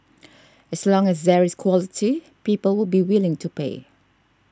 as long as there is quality people would be willing to pay